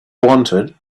wanted